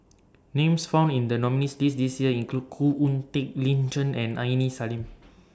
Names found in The nominees' list This Year include Khoo Oon Teik Lin Chen and Aini Salim